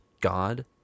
God